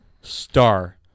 star